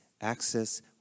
access